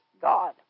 God